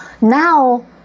now